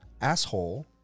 asshole